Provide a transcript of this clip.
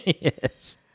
Yes